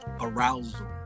Arousal